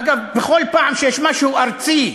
אגב, בכל פעם שיש משהו ארצי: